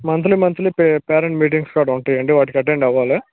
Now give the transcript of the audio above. monthly monthly పే parent meetings కూడా ఉంటాయండి వాటికి అటెండ్ అవ్వాలి